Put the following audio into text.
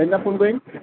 সেইদিনা ফোন কৰিম